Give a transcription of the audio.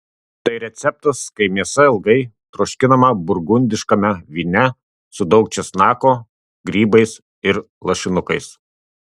tai receptas kai mėsa ilgai troškinama burgundiškame vyne su daug česnako grybais ir lašinukais